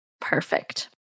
perfect